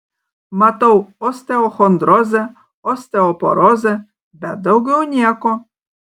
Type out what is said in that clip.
matau osteochondrozę osteoporozę bet daugiau nieko